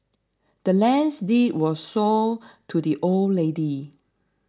the land's deed was sold to the old lady